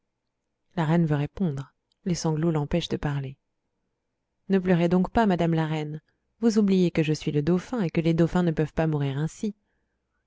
la reine veut répondre les sanglots l'empêchent de parler ne pleurez donc pas madame la reine vous oubliez que je suis le dauphin et que les dauphins ne peuvent pas mourir ainsi